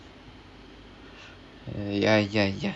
ya ya ya